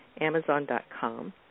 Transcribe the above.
Amazon.com